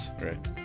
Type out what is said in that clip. Right